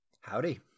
Howdy